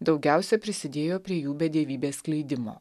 daugiausia prisidėjo prie jų bedievybės skleidimo